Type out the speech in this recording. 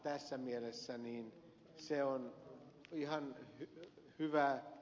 tässä mielessä se on ihan hyvää